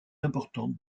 importantes